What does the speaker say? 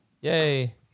Yay